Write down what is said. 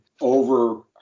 over